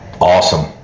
Awesome